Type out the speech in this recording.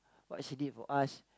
what she did for us